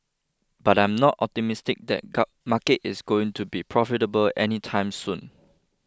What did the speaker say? but I'm not optimistic that market is going to be profitable any time soon